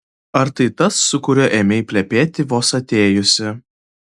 ar tai tas su kuriuo ėmei plepėti vos atėjusi